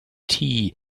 tea